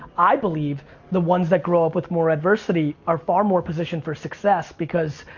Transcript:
i believe the ones that grow up with more adversity are far more positioned for success because,